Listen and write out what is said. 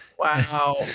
Wow